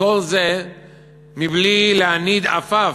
וכל זה מבלי להניד עפעף,